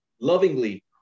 lovingly